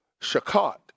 shakat